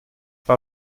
war